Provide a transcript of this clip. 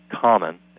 common